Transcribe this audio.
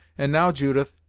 and now, judith,